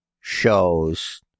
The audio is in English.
shows